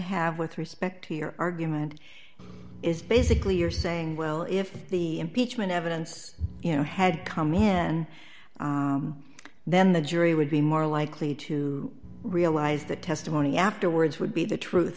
have with respect to your argument is basically you're saying well if the pietschmann evidence you know had come in then the jury would be more likely to realize that testimony afterwards would be the truth